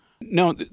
No